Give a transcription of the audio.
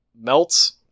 melts